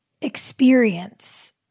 experience